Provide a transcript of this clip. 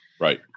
Right